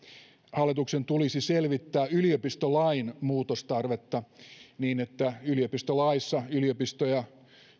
hallituksen tulisi selvittää yliopistolain muutostarvetta niin että yliopistolaissa yliopistoja